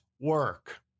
work